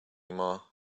more